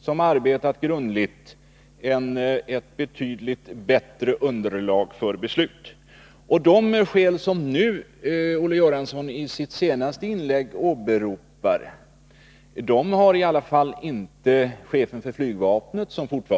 som arbetat grundligt ett betydligt bättre underlag för beslut. De skäl som Olle Göransson i sitt senaste inlägg åberopar har i alla fall inte chefen för flygvapnet tagit fasta på.